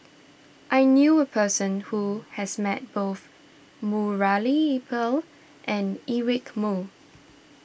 I knew a person who has met both Murali Pill and Eric Moo